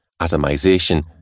atomization